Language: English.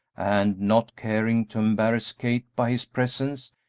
and, not caring to embarrass kate by his presence,